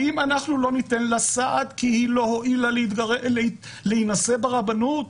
האם אנחנו לא ניתן לה סעד כי היא לא הואילה להינשא ברבנות?